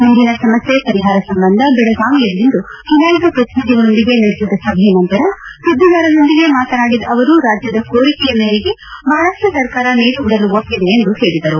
ನೀರಿನ ಸಮಸ್ಥೆ ಪರಿಹಾರ ಸಂಬಂಧ ಬೆಳಗಾವಿಯಲ್ಲಿಂದು ಚುನಾಯಿತ ಪ್ರತಿನಿಧಿಗಳೊಂದಿಗೆ ನಡೆಸಿದ ಸಭೆಯ ನಂತರ ಸುದ್ದಿಗಾರರೊಂದಿಗೆ ಮಾತನಾಡಿದ ಅವರು ರಾಜ್ಜದ ಕೋರಿಕೆಯ ಮೇರೆಗೆ ಮಹಾರಾಷ್ಷ ಸರ್ಕಾರ ನೀರು ಬಿಡಲು ಒಪ್ಪಿದೆ ಎಂದು ಹೇಳಿದರು